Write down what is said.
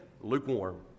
lukewarm